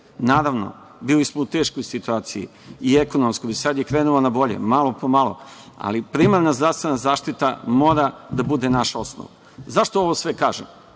Naravno, bili smo u teškoj situaciji i ekonomskoj, sada je krenula na bolje, malo po malo, ali primarna zdravstvena zaštita mora da bude naša osnova.Zašto ovo sve kažem?